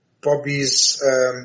Bobby's